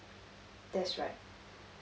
that's right